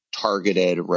targeted